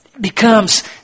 becomes